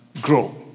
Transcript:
grow